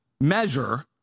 measure